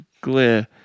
Glare